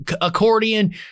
accordion